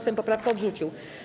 Sejm poprawkę odrzucił.